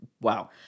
Wow